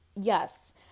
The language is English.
yes